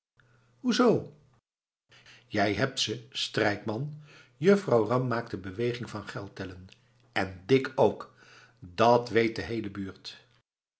zoo jij hebt ze strijkman juffrouw ram maakt de beweging van geld tellen en dik ook dat weet de heele buurt